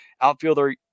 outfielder